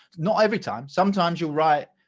not every time sometimes you'll write.